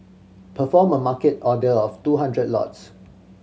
perform a Market order of two hundred lots